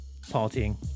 partying